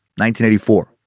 1984